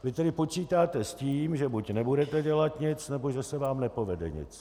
Vy tedy počítáte s tím, že buď nebudete dělat nic, nebo že se vám nepovede nic.